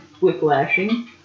whiplashing